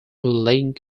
link